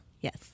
Yes